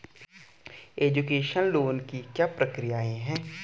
Education loan की क्या प्रक्रिया है?